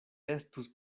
estus